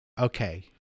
okay